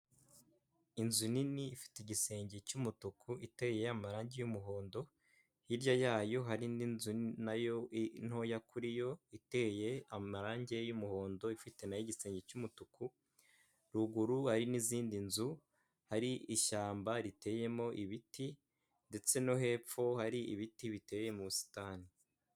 Inzu nini ifite igisenge cy'umutuku iteye amarangi y'umuhondo, hirya yayo hari indi nzu nayo ntoya kuri yo iteye amarangi y'umuhondo ifite nayo igisenge cy'umutuku, ruguru hari n'izindi nzu hari ishyamba riteyemo ibiti ndetse no hepfo hari ibiti biteye mu busitani.